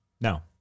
No